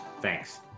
Thanks